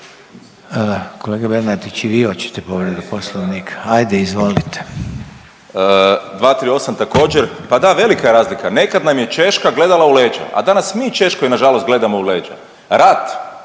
Kolega Bernardić i vi oćete povredu poslovnika? Ajde izvolite. **Bernardić, Davor (Socijaldemokrati)** 238. također, pa da velika je razlika. Nekad nam je Češka gledala u leđa, a danas mi Češkoj nažalost gledamo u leđa. Rat,